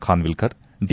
Khanwilkar D